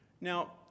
Now